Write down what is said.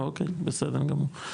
אוקי, בסדר גמור.